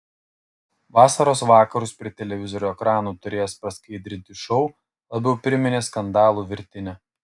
vasaros vakarus prie televizorių ekranų turėjęs praskaidrinti šou labiau priminė skandalų virtinę